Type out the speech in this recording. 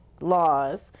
laws